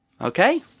Okay